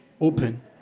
open